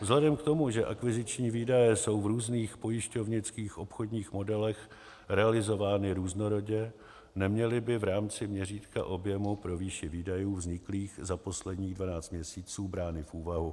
Vzhledem k tomu, že akviziční výdaje jsou v různých pojišťovnických obchodních modelech realizovány různorodě, neměly by v rámci měřítka objemu pro výši výdajů vzniklých za posledních 12 měsíců brány v úvahu.